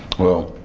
well,